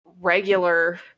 regular